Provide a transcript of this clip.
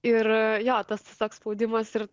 ir jo tas toks spaudimas ir